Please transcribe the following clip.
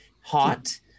Hot